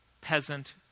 peasant